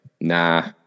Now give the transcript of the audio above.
nah